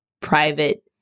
private